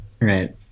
right